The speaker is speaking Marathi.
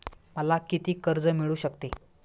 मला किती कर्ज मिळू शकते?